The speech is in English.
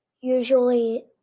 usually